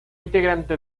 integrante